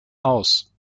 aus